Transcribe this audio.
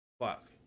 Fuck